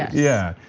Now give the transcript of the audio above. yeah,